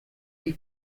die